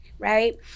Right